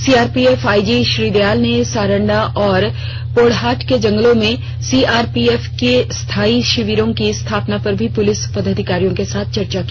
CRPF IG Shri Dayal ने सारंडा और पोड़ाहाट के जंगलों में सीआरपीएफ के स्थायी सिविरों की स्थापना पर भी पुलिस पदाधिकारियों के साथ चर्चा की